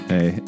Hey